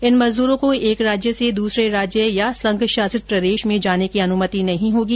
इन मजदूरों को एक राज्य से दूसरे राज्य या संघ शासित प्रदेश में जाने की अनुमति नहीं होगी